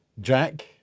Jack